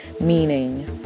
Meaning